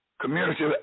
Community